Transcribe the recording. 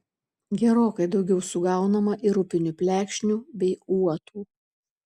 gerokai daugiau sugaunama ir upinių plekšnių bei uotų